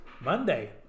Monday